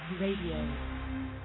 Radio